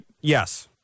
Yes